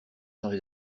changé